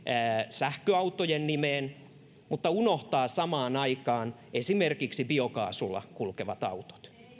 sähköautojen nimeen mutta unohtaa samaan aikaan esimerkiksi biokaasulla kulkevat autot